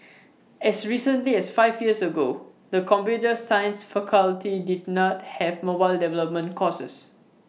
as recently as five years ago the computer science faculty did not have mobile development courses